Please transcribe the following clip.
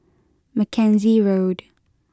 Mackenzie Road